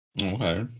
Okay